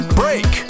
break